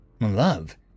love